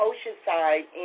Oceanside